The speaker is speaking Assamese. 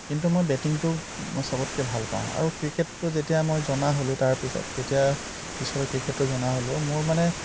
কিন্তু মই বেটিংটো মই চবতকৈ ভাল পাওঁ আৰু ক্ৰিকেটটো যেতিয়া মই জনা হ'লোঁ তাৰ পিছত যেতিয়া পিছলৈ ক্ৰিকেটটো জনা হ'লোঁ মোৰ মানে